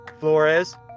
Flores